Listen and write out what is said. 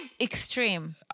Extreme